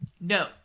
No